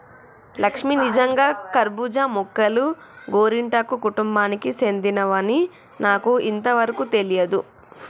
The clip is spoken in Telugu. లక్ష్మీ నిజంగా కర్బూజా మొక్కలు గోరింటాకు కుటుంబానికి సెందినవని నాకు ఇంతవరకు తెలియదు